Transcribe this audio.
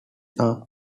arm